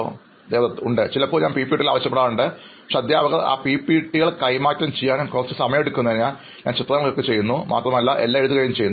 അഭിമുഖം സ്വീകരിക്കുന്നയാൾ ഉണ്ട് ചിലപ്പോൾ ഞാൻ പിപിടികൾ ആവശ്യപ്പെടാറുണ്ട് പക്ഷേ അധ്യാപകർ ആ പിപിടികൾ കൈമാറാൻ കുറച്ചുസമയം എടുക്കുന്നതിനാൽ ഞാൻ ചിത്രങ്ങൾ ക്ലിക്ക് ചെയ്യുന്നു മാത്രമല്ല എല്ലാം എഴുതുകയും ചെയ്യുന്നു